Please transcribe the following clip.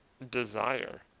Desire